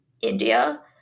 India